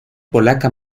polaca